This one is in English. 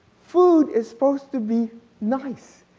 food is supposed to be nice.